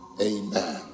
amen